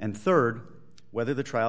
and rd whether the trial